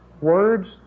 words